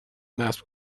نصب